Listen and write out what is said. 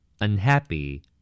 Unhappy